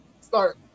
start